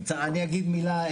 אני אגיד מילה,